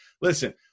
listen